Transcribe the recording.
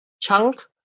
chunk